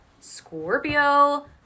Scorpio